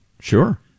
Sure